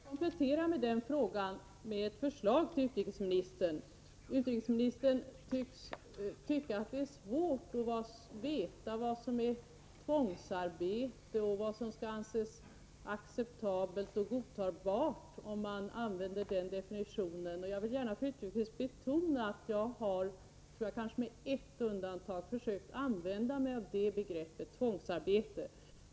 Fru talman! Jag vill komplettera Pär Granstedts fråga med ett förslag till utrikesministern. Utrikesministern tycks anse att det är svårt att definiera vad som är tvångsarbete och vad som skall anses vara acceptabelt och godtagbart. Jag vill för utrikesministern betona att jag, kanske med ett undantag, försökt att använda mig av begreppet tvångsarbete.